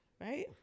right